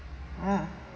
ha